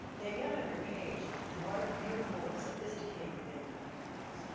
they get on your page, and what a beautiful, sophisticated thing that becomes.